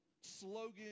slogan